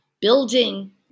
building